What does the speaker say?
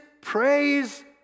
praise